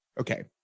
okay